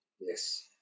Yes